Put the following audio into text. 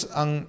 ang